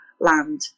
land